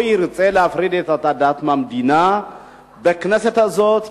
בכנסת הזאת לא ירצה להפריד את הדת מהמדינה בכנסת הזאת,